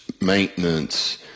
maintenance